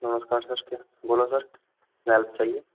नमस्कार सर क्या बोलो सर क्या हेल्प चाहिए